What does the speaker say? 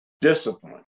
discipline